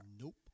Nope